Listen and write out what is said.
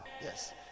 yes